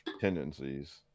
tendencies